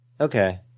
Okay